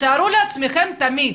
תתארו לעצמכם תמיד